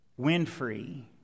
Winfrey